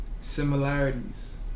similarities